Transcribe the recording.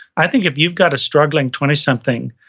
i think if you've got a struggling twenty something,